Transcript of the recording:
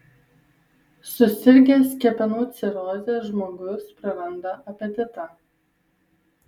susirgęs kepenų ciroze žmogus praranda apetitą